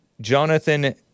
Jonathan